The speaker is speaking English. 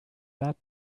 that